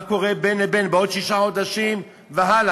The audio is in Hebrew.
מה קורה בין לבין, בעוד שישה חודשים והלאה?